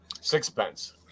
sixpence